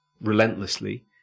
relentlessly